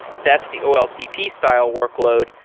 that's the oltp style workload,